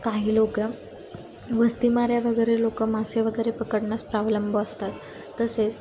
काही लोक वस्तीमाऱ्या वगैरे लोक मासे वगैरे पकडण्यास प्रावलंब असतात तसेच